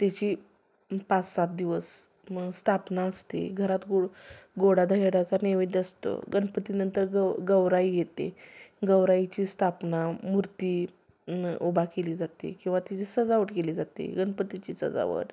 तेचि पाचसात दिवस म स्थापना असते घरात गूळ गोडा दह्याडाचा नैवेद्य असतो गणपतीनंतर ग गौराई येते गौराईची स्थापना मूर्ती उभा केली जाते किंवा तिची सजावट केली जाते गणपतीची सजावट